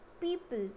people